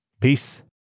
Peace